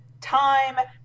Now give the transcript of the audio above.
time